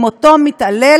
עם אותו מתעלל,